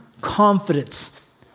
confidence